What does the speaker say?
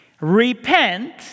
Repent